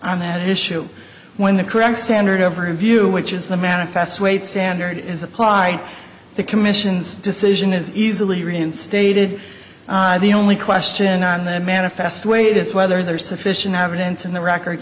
on that issue when the correct standard overview which is the manifest weight standard is applied the commission's decision is easily reinstated the only question on the manifest weight is whether there is sufficient evidence in the record